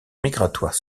migratoire